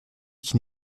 qu’il